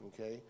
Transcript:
Okay